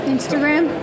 Instagram